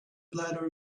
bladder